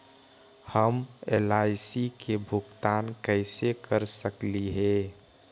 हम एल.आई.सी के भुगतान कैसे कर सकली हे?